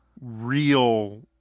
real